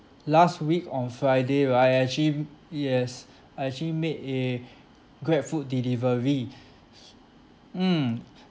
last week on friday right I actually yes I actually made a grabfood delivery mm